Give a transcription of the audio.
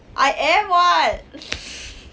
I am [what]